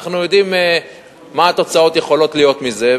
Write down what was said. אנחנו יודעים מה יכולות להיות התוצאות של זה.